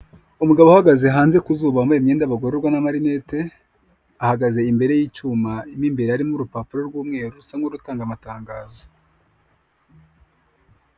Umugabo uhagaze hanze ku zuba wambaye imyenda y'abagororwa n'amarinete ahagaze imbere y'icyuma mo imbere harimo urupapuro rw'umweru rusa n'urutanga amatangazo.